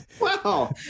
wow